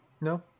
No